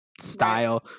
style